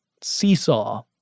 seesaw